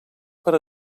per